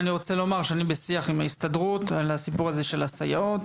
ואני רוצה לומר שאני בשיח עם ההסתדרות על הסיפור הזה של הסייעות,